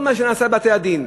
כל מה שנעשה בבתי הדין,